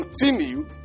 continue